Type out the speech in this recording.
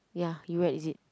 ya you read is it